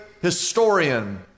historian